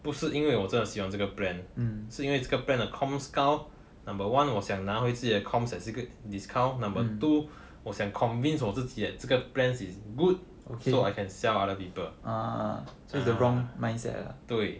不是因为我真的喜欢这个 plan 是因为这个 plan coms 高 number one 我想拿回自己的 coms as 一个 good discount number two 我想 convince 我自己这个 plans is good so I can sell other people 对